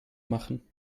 machen